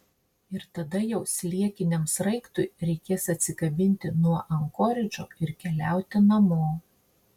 ir tada jau sliekiniam sraigtui reikės atsikabinti nuo ankoridžo ir keliauti namo